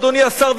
אדוני השר,